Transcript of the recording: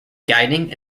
guiding